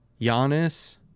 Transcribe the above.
Giannis